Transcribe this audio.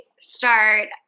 start